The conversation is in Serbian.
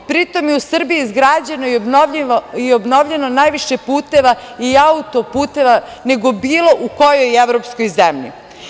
Pri tom je u Srbiji izgrađeno i obnovljeno najviše puteva i autoputeva nego bilo u kojoj evropskoj zemlji.